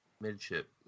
Midship